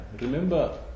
Remember